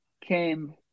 came